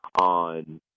on